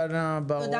תודה רבה.